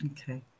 Okay